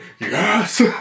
yes